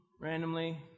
randomly